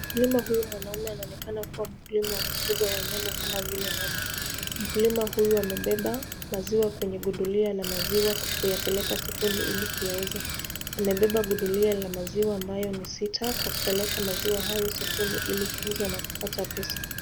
Nyuma huyu mwanaume anaonekana kuwa mkulima wa kufuga wanyama kama vile ng'ombe. Mkulima huyu amebeba maziwa kwenye gudulia la maziwa kuyapeleka sokoni ili kuyauza. Amebeba gudulia la maziwa ambayo ni sita kupeleka maziwa hayo sokoni ilikuuza na kupata pesa.